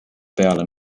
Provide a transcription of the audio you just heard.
peale